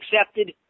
accepted